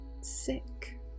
sick